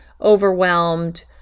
overwhelmed